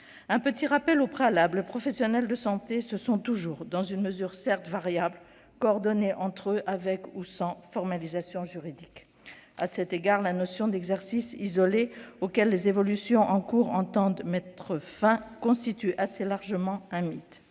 Un petit rappel, au préalable : les professionnels de santé se sont toujours, dans une mesure certes variable, coordonnés entre eux, avec ou sans formalisation juridique. À cet égard, la notion d'exercice « isolé », auquel les évolutions en cours sont supposées mettre fin, constitue assez largement un mythe.